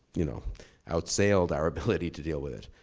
you know outsailed our ability to deal with it?